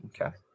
Okay